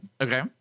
Okay